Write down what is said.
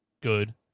good